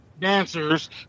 dancers